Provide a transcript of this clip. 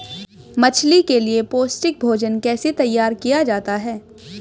मछली के लिए पौष्टिक भोजन कैसे तैयार किया जाता है?